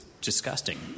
disgusting